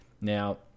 Now